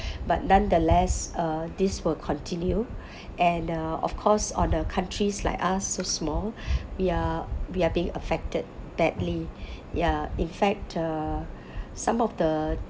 but nonetheless uh this will continue and uh of course on a country like ours so small we are we are being affected badly yeah in fact uh some of the